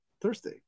Thursday